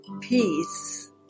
peace